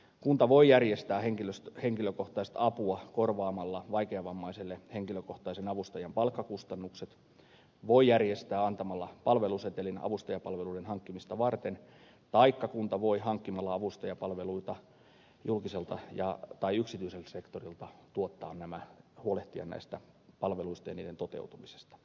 kunta voi järjestää henkilökohtaista apua korvaamalla vaikeavammaiselle henkilökohtaisen avustajan palkkakustannukset voi järjestää antamalla palvelusetelin avustajapalveluiden hankkimista varten taikka kunta voi hankkimalla avustajapalveluita julkiselta tai yksityiseltä sektorilta huolehtia näistä palveluista ja niiden toteutumisesta